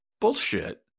bullshit